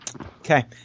Okay